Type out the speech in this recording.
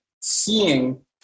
seeing